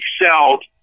excelled